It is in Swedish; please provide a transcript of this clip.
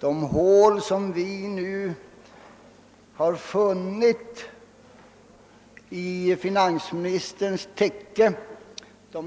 De hål som vi för vår del har funnit i finansministerns täcke